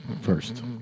first